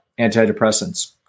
antidepressants